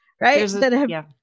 right